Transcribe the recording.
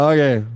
Okay